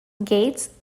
gates